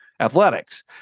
athletics